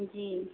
जी